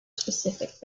specific